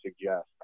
suggest